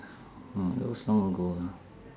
mm that was long ago lah